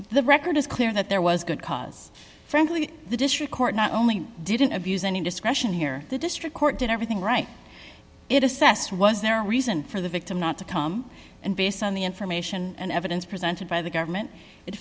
the record is clear that there was good cause frankly the district court not only didn't abuse any discretion here the district court did everything right it assessed was there reason for the victim not to come and based on the information and evidence presented by the government